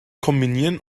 kombinieren